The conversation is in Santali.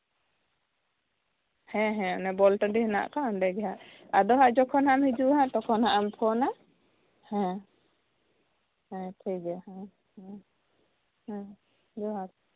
ᱦᱮᱸ ᱦᱮᱸ ᱚᱱᱮ ᱵᱚᱞ ᱴᱟᱸᱰᱤ ᱦᱮᱱᱟᱜ ᱟᱠᱟᱫ ᱚᱸᱰᱮ ᱜᱮ ᱱᱟᱦᱟᱸᱜ ᱟᱫᱚ ᱱᱟᱦᱟᱸᱜ ᱡᱚᱠᱷᱚᱱ ᱱᱟᱦᱟᱸᱜ ᱮᱢ ᱦᱤᱡᱩᱜᱼᱟ ᱱᱟᱦᱟᱸᱜ ᱛᱚᱠᱷᱚᱱ ᱱᱟᱦᱟᱸᱜ ᱮᱢ ᱯᱷᱳᱱᱟ ᱦᱮᱸ ᱦᱮᱸ ᱴᱷᱤᱠ ᱜᱮᱭᱟ ᱦᱮᱸ ᱦᱮᱸ ᱦᱩᱸ ᱡᱚᱦᱟᱨ